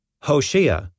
Hoshea